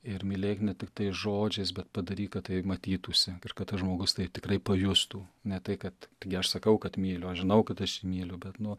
ir mylėk ne tiktai žodžiais bet padaryk kad tai matytųsi ir kad tas žmogus tai tikrai pajustų ne tai kad taigi aš sakau kad myliu aš žinau kad aš jį myliu bet nu